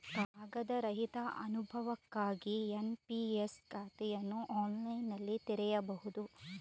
ಕಾಗದ ರಹಿತ ಅನುಭವಕ್ಕಾಗಿ ಎನ್.ಪಿ.ಎಸ್ ಖಾತೆಯನ್ನು ಆನ್ಲೈನಿನಲ್ಲಿ ತೆರೆಯಬಹುದು